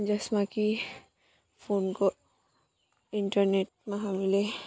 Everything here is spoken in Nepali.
जसमा कि फोनको इन्टरनेटमा हामीले